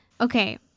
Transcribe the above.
Okay